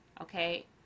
okay